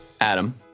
Adam